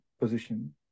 position